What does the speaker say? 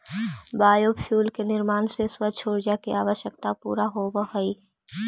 biofuel के निर्माण से स्वच्छ ऊर्जा के आवश्यकता पूरा होवऽ हई